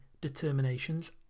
determinations